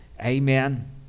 Amen